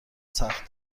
سخت